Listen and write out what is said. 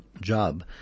job